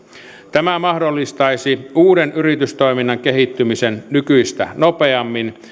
tämä mahdollistaisi uuden yritystoiminnan kehittymisen nykyistä nopeammin